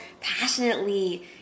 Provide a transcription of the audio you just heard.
passionately